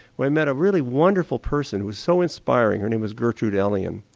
we met a really wonderful person who was so inspiring, her name was gertrude elion,